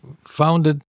founded